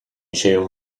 sieją